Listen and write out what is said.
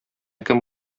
кем